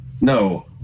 No